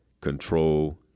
control